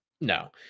No